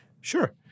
Sure